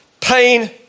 pain